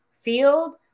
field